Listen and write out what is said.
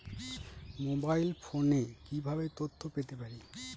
Mobile ফোনে কিভাবে তথ্য পেতে পারি?